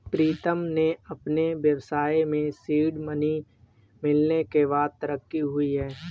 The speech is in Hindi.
प्रीतम के अपने व्यवसाय के सीड मनी मिलने के बाद तरक्की हुई हैं